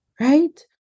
right